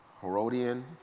Herodian